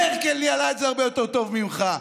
מרקל ניהלה את זה הרבה יותר טוב ממך.